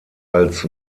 als